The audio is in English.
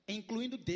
Incluindo